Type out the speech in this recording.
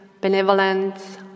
benevolence